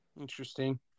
Interesting